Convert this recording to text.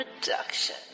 production